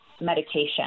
medication